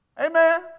Amen